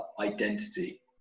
identity